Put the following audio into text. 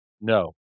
No